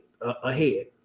ahead